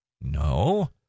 No